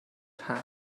tan